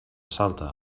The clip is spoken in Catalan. salta